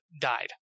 died